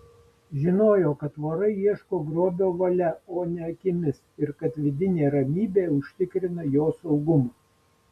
žinojo kad vorai ieško grobio valia o ne akimis ir kad vidinė ramybė užtikrina jo saugumą